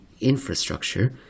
infrastructure